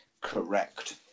Correct